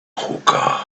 hookah